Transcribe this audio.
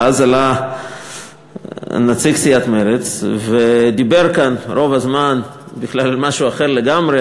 ואז עלה נציג סיעת מרצ ודיבר כאן רוב הזמן בכלל על משהו אחר לגמרי,